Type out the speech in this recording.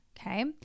okay